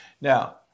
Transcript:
Now